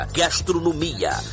gastronomia